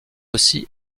aussi